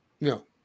No